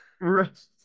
right